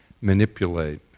manipulate